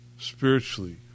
spiritually